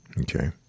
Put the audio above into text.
Okay